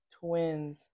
Twins